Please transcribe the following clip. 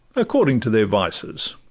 according to their vices.